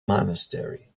monastery